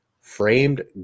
framed